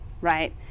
right